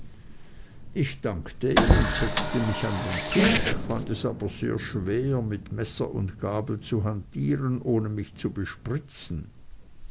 ich dankte ihm und setzte mich an den tisch fand es aber sehr schwer mit messer und gabel zu hantieren ohne mich zu bespritzen